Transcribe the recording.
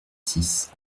six